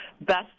best